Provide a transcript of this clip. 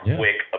quick